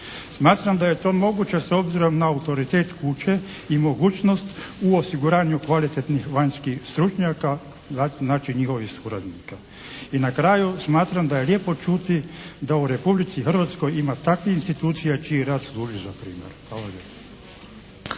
Smatram da je to moguće s obzirom na autoritet kuće i mogućnost u osiguranju kvalitetnih vanjskih stručnjaka, znači njihovih suradnika. I na kraju smatram da je lijepo čuti da u Republici Hrvatskoj ima takvih institucija čiji rad služi za primjer. Hvala lijepa.